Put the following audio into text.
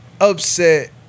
upset